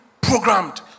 programmed